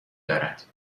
دارد